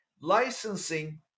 licensing